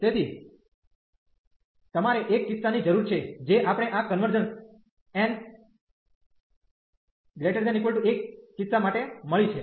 તેથી તમારે એક કિસ્સા ની જરૂર છે જે આપણે આ કન્વર્ઝન્સ n≥1 કિસ્સા માટે મળી છે